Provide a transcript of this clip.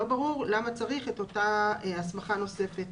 לא ברור למה צריך את אותה הסמכה נוספת